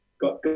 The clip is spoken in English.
got